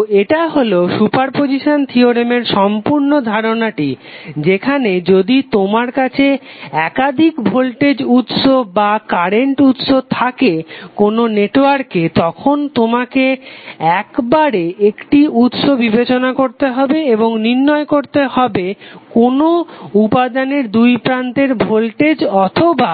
তো এটা হলো সুপারপজিসান থিওরেমের সম্পূর্ণ ধারনাটি যেখানে যদি তোমার কাছে একাধিক ভোল্টেজ উৎস অথবা কারেন্ট উৎস থাকে কোনো নেটওয়ার্কে তখন তোমাকে একবারে একটি উৎস বিবেচনা করতে হবে এবং নির্ণয় করতে হবে কোনো উপাদানের দুই প্রান্তের ভোল্টেজ অথবা